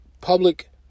public